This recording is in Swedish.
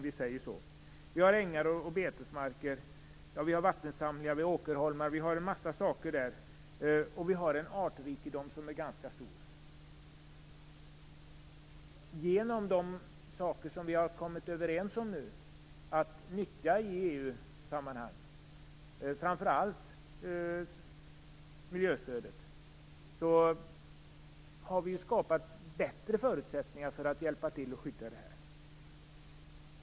Vi har ängar och betesmarker, vi har vattensamlingar och åkerholmar. Vi har en artrikedom som är ganska stor. Genom de saker som vi kommit överens om att nyttja i EU-sammanhang, framför allt miljöstödet, har vi skapat bättre förutsättningar för att skydda allt detta.